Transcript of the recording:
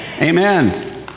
Amen